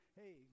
hey